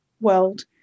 world